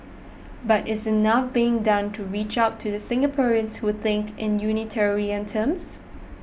but is enough being done to reach out to the Singaporeans who think in utilitarian terms